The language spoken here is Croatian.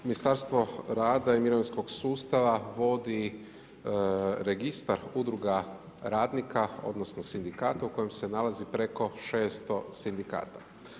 Ministarstvo rada i mirovinskog sustava vodi registar udruga radnika, odnosno sindikata u kojem se nalazi preko 600 sindikata.